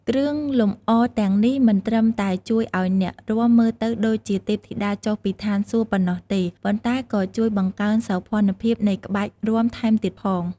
គ្រឿងលម្អទាំងនេះមិនត្រឹមតែជួយឱ្យអ្នករាំមើលទៅដូចជាទេពធីតាចុះពីឋានសួគ៌ប៉ុណ្ណោះទេ ប៉ុន្តែក៏ជួយបង្កើនសោភ័ណភាពនៃក្បាច់រាំថែមទៀតផង។